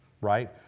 right